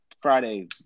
Friday